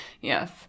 Yes